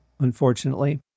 unfortunately